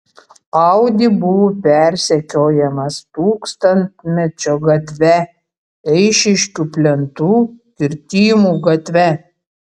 audi buvo persekiojamas tūkstantmečio gatve eišiškių plentu kirtimų gatve